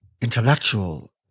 intellectual